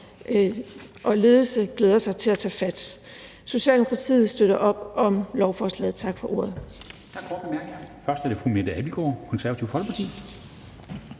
og ledelse glæder sig til at tage fat. Socialdemokratiet støtter op om lovforslaget. Tak for ordet.